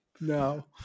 No